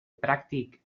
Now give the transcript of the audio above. pràctic